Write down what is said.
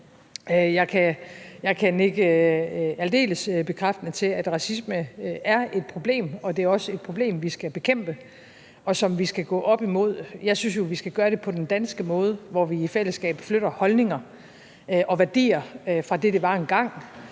jeg kan nikke aldeles bekræftende til, at racisme er et problem, og at det også er et problem, vi skal bekæmpe, og som vi skal gå op imod. Jeg synes jo, vi skal gøre det på den danske måde, hvor vi i fællesskab flytter holdninger og værdier fra det, det var engang,